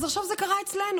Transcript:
אז עכשיו זה קרה אצלנו,